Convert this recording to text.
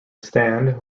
stand